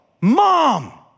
mom